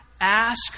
ask